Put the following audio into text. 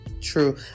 True